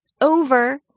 over